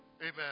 Amen